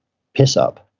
piss up.